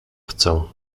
chcę